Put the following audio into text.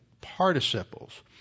participles